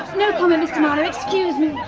no comment, mr marlowe. excuse me.